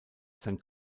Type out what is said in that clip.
sein